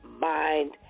mind